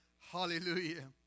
Hallelujah